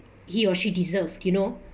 he or she deserved you know